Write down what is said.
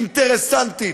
אינטרסנטית,